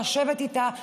לשבת איתה,